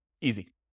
Easy